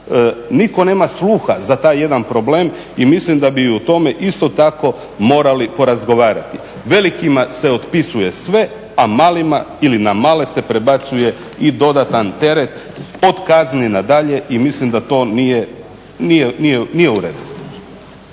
Nitko nema sluha za taj jedan problem i mislim da bi o tome isto tako morali porazgovarati. Velikima se otpisuje sve, a malima ili na male se prebacuje i dodatan teret od kazni na dalje i mislim da to nije u redu.